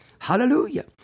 Hallelujah